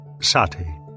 sati